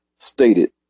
Stated